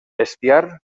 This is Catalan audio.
bestiar